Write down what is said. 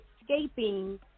escaping